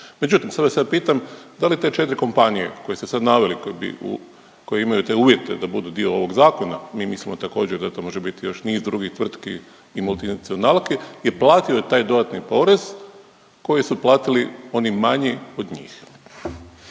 Međutim, sad vas ja pitam da li te četri kompanije koje ste sad naveli koje imaju te uvjete da budu dio ovog zakona, mi mislimo također da to može biti još niz drugih tvrtki i multinacionalki je platio taj dodatni porez koji su platili oni manji od njih?